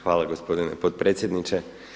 Hvala gospodine potpredsjedniče.